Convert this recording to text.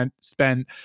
spent